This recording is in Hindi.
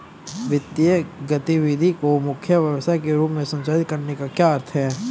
वित्तीय गतिविधि को मुख्य व्यवसाय के रूप में संचालित करने का क्या अर्थ है?